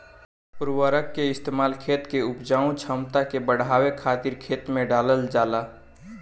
उर्वरक के इस्तेमाल खेत के उपजाऊ क्षमता के बढ़ावे खातिर खेत में डालल जाला